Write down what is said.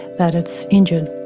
that it's injured.